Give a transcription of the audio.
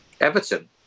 Everton